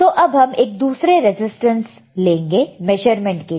तो अब हम एक दूसरा रेसिस्टेंस लेंगे मेज़रमेंट के लिए